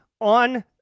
on